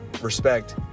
respect